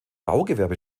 baugewerbe